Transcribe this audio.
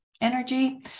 energy